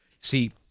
see